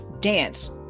dance